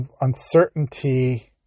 uncertainty